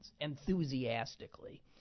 enthusiastically